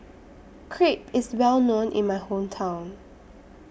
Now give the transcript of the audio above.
Crepe IS Well known in My Hometown